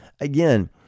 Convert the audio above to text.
again